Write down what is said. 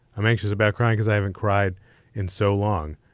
i'm anxious about crying cause i haven't cried in so long.